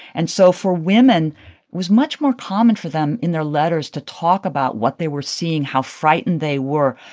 and so for women, it was much more common for them in their letters to talk about what they were seeing, how frightened they were,